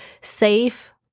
safe